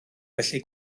felly